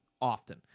often